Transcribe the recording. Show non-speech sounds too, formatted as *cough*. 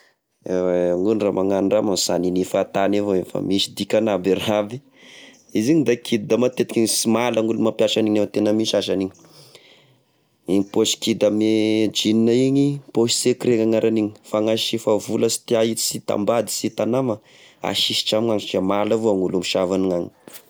*hesitation* Io ndra magnaon-drahy sy hagniny fahatagny avao io, fa misy dikagny aby io raha aby *laughs* izy igny da kidy da matetika izy sy mahalagny olo mampiasa agniny ao, tena misy aza ny igny pôsy kidy amy jeans igny pôsy secret agnaraniny, fagnasiafa vola sy tia sy hitam-bady, sy hita nama, asisitrao amy ao izy, mahala avao olo misava ny agny.